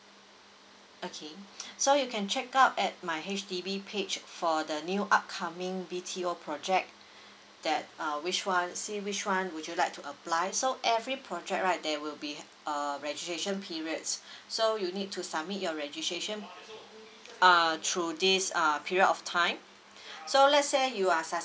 okay so you can check out at my H_D_B page for the new upcoming B_T_O project that uh which one see which one would you like to apply so every project right there will be uh registration periods so you need to submit your registration err through this um period of time so let's say you are such